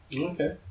okay